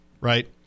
right